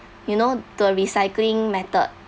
you know the recycling method